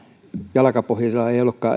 jalkapohjilla ei ollutkaan enää